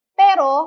pero